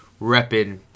repping